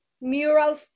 mural